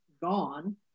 gone